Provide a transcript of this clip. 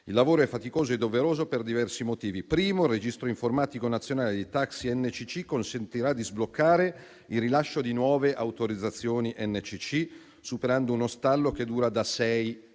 Il lavoro è faticoso e doveroso per diversi motivi. Il primo è che il registro informatico nazionale di taxi e NCC consentirà di sbloccare il rilascio di nuove autorizzazioni NCC, superando uno stallo che dura da sei anni,